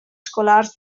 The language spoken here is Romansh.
scolars